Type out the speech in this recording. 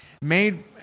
made